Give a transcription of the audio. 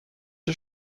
der